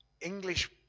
English